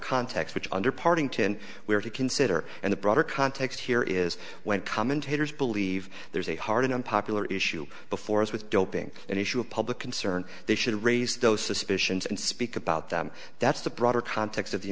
context which under partington we have to consider and the broader context here is when commentators believe there is a hard and unpopular issue before us with doping an issue of public concern they should raise those suspicions and speak about them that's the broader context of the